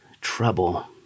trouble